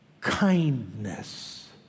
Kindness